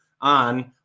On